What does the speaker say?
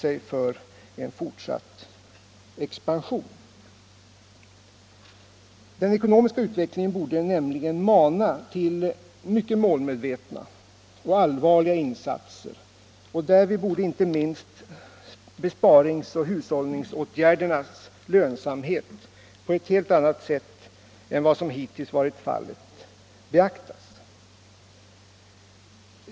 Den ekonomiska utvecklingen borde nämligen mana till mycket målmedvetna och allvarliga insatser, och därvid borde inte minst besparingsoch hushållningsåtgärdernas lönsamhet på ett helt annat sätt än vad som hittills varit fallet beaktas.